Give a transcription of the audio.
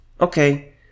Okay